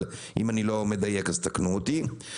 אם אני לא מדייק אז תקנו אותי.